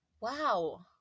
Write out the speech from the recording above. wow